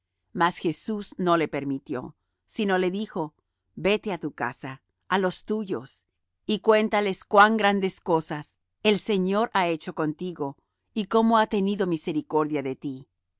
mas jesús no le permitió sino le dijo vete á tu casa á los tuyos y cuéntales cuán grandes cosas el señor ha hecho contigo y cómo ha tenido misericordia de ti